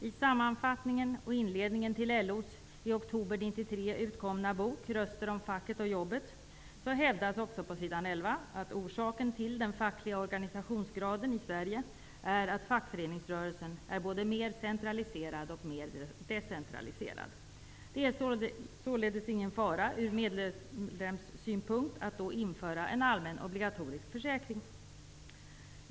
I sammanfattningen av och inledningen till LO:s i oktober utkomna bok, Sverige är att fackföreningsrörelsen är både mer centraliserad och mer decentraliserad. Det är såledels från medlemssynpunkt ingen fara att införa en obligatorisk, allmän försäkring.